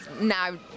now